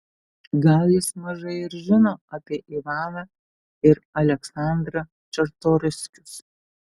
gal jis mažai ir žino apie ivaną ir aleksandrą čartoriskius